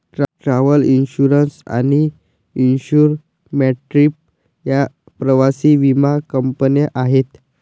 travel insurance आणि insure my trip या प्रवासी विमा कंपन्या आहेत